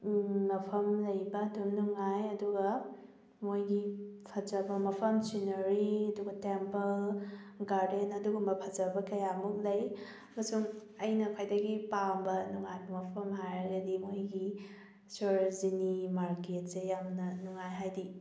ꯃꯐꯝ ꯂꯩꯕ ꯑꯗꯨꯝ ꯅꯨꯡꯉꯥꯏ ꯑꯗꯨꯒ ꯃꯈꯣꯏꯒꯤ ꯐꯖꯕ ꯃꯐꯝ ꯁꯤꯅꯔꯤ ꯑꯗꯨꯒ ꯇꯦꯝꯄꯜ ꯒꯥꯔꯗꯦꯟ ꯑꯗꯨꯒꯨꯝꯕ ꯐꯖꯕ ꯀꯌꯥꯃꯨꯛ ꯂꯩ ꯑꯃꯁꯨꯡ ꯑꯩꯅ ꯈ꯭ꯋꯥꯏꯗꯒꯤ ꯄꯥꯝꯕ ꯅꯨꯡꯉꯥꯏꯕ ꯃꯐꯝ ꯍꯥꯏꯔꯒꯗꯤ ꯃꯈꯣꯏꯒꯤ ꯁꯔꯣꯖꯤꯅꯤ ꯃꯥꯔꯀꯦꯠꯁꯦ ꯌꯥꯝꯅ ꯅꯨꯡꯉꯥꯏ ꯍꯥꯏꯗꯤ